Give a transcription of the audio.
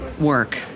work